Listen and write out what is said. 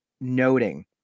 noting